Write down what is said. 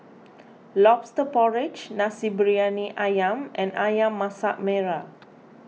Lobster Porridge Nasi Briyani Ayam and Ayam Masak Merah